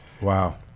Wow